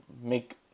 make